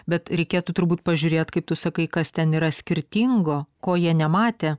bet reikėtų turbūt pažiūrėt kaip tu sakai kas ten yra skirtingo ko jie nematė